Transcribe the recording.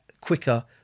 quicker